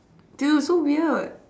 dude so weird